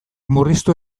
murriztu